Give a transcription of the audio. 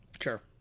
Sure